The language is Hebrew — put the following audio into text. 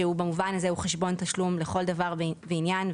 שבמובן הזה הוא חשבון תשלום לכל דבר ועניין,